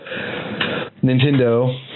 Nintendo